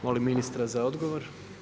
Molim ministra za odgovor.